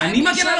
אני מגן על